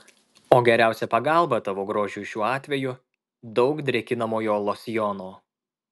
o geriausia pagalba tavo grožiui šiuo atveju daug drėkinamojo losjono